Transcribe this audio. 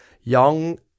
young